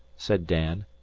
said dan.